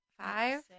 five